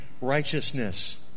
righteousness